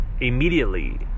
immediately